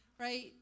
Right